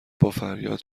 بافریاد